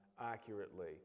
accurately